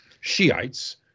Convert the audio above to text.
Shiites